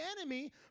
enemy